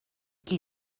qui